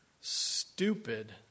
stupid